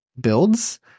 builds